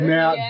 Now